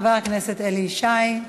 חבר הכנסת אלי ישי.